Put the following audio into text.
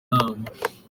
inama